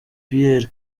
pierre